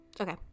okay